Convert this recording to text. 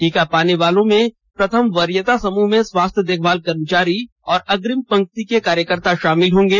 टीका पाने वाले प्रथम वरीयता समूह में स्वास्थ्य देखभाल कर्मचारी और अग्रिम पंक्ति के कार्यकर्ता शामिल होंगे